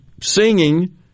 singing